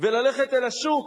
וללכת אל השוק